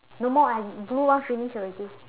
no more I blue one finish already